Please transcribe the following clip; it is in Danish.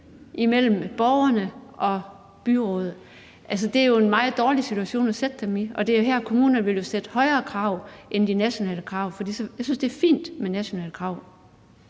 imellem borgerne og byrådet. Det er jo en meget dårlig situation at sætte dem i, og det er jo her, kommunerne ville stille højere krav end de nationale krav. Men jeg synes, det er fint med nationale krav.